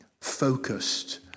focused